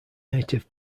native